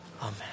Amen